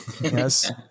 Yes